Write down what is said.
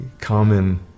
common